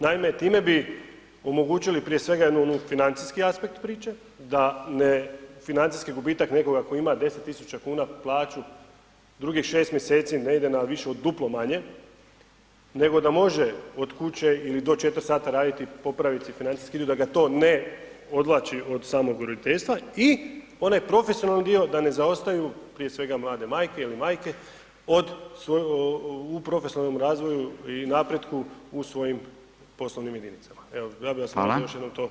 Naime, time bi omogućili prije svega jedan financijski aspekt priče da ne financijski gubitak nekoga ko ima 10 000 plaću, drugih 6 mj. ne ide na više od duplo manje nego da može od kuće ili do 4 sata raditi, popraviti si financijski ili da ga to ne odvlači od samog roditeljstva i onaj profesionalni dio, da ne zaostaju prije svega mlade majke ili majke u profesionalnom razvoju i napretku u svojim poslovnim jedinicama, evo ja bi vas molio još jednom to razmislite.